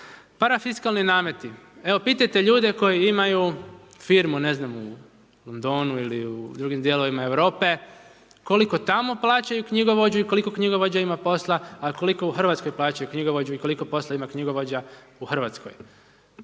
Parafiskalni nameti, evo pitajte ljude koji imaju firmu, ne znam u Londonu ili u drugim dijelovima Europe, koliko tamo plaćaju knjigovođu i koliko knjigovođa ima posla a koliko u Hrvatskoj plaćaju knjigovođu i koliko posla ima knjigovođa u Hrvatskoj.